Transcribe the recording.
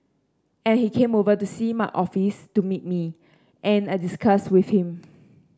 and he came over to see my office to meet me and I discussed with him